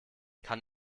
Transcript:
kann